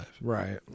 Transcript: Right